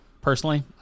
personally